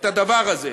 את הדבר הזה.